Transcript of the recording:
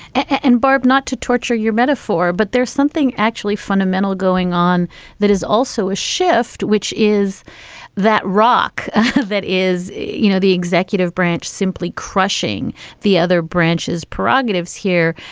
and, barb, not to torture your metaphor, but there's something actually fundamental going on that is also a shift, which is that rock that is, you know, the executive branch simply crushing the other branches. perogative is here,